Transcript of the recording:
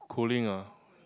cooling uh